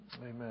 Amen